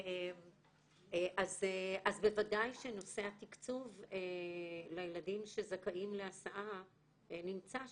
אז בוודאי שנושא התקצוב לילדים שזכאים להסעה נמצא שם.